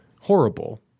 horrible